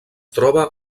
troba